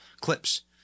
clips